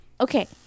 Okay